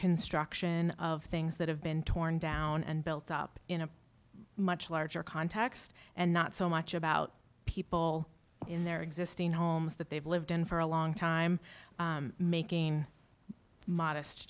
construction of things that have been torn down and built up in a much larger context and not so much about people in their existing homes that they've lived in for a long time making modest